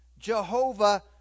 Jehovah